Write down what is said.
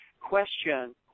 question